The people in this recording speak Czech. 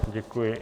Děkuji.